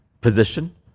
position